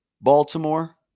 Baltimore